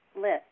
list